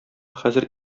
хәзер